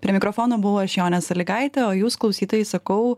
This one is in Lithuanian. prie mikrofono buvau aš jonė sąlygaitė o jūs klausytojai sakau